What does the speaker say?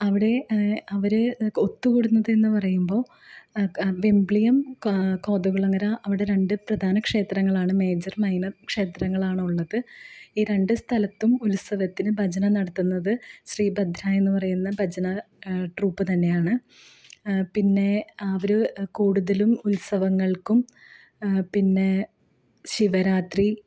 അവിടെ അവര് ഒത്തുകൂടുന്നത് എന്ന് പറയുമ്പോള് വെംബ്ളിയം കോതകുളങ്ങര അവിടെ രണ്ട് പ്രധാന ക്ഷേത്രങ്ങൾ ആണ് മേജർ മൈനർ ക്ഷേത്രങ്ങളാണ് ഉള്ളത് ഈ രണ്ട് സ്ഥലത്തും ഉത്സവത്തിന് ഭജന നടത്തുന്നത്ത് ശ്രീഭദ്ര എന്ന് പറയുന്ന ഭജന ട്രൂപ്പ് തന്നെയാണ് പിന്നേ അവര് കൂടുതലും ഉത്സവങ്ങൾക്കും പിന്നേ ശിവരാത്രി